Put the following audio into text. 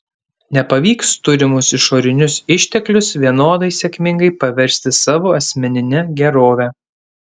nepavyks turimus išorinius išteklius vienodai sėkmingai paversti savo asmenine gerove